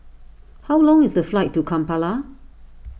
how long is the flight to Kampala